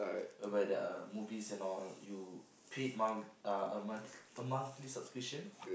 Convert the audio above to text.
whereby there are movies and all you paid month uh a month a monthly subscription